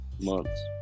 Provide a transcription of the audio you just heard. months